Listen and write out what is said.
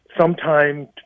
sometime